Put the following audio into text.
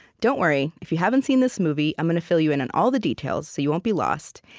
don't worry if you haven't seen this movie, i'm going to fill you in on all the details, so you won't be lost.